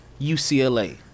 UCLA